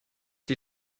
die